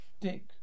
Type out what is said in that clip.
Dick